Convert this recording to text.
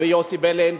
ויוסי ביילין,